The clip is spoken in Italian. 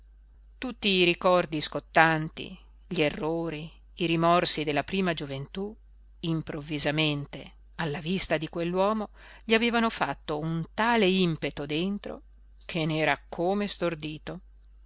tutti i ricordi scottanti gli errori i rimorsi della prima gioventù improvvisamente alla vista di quell'uomo gli avevano fatto un tale impeto dentro che n'era come stordito